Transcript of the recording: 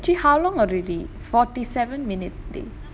question actually how long already forty seven minutes dey